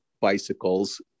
bicycles